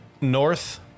north